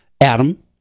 Adam